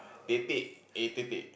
tete-a-tete